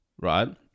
right